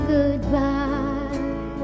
Goodbye